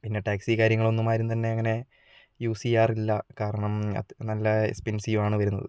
പിന്നെ ടാക്സി കാര്യങ്ങൾ ഒന്നും ആരും തന്നെ അങ്ങനെ യൂസ് ചെയ്യാറില്ല കാരണം നല്ല എക്സ്പെൻസീവ് ആണ് വരുന്നത്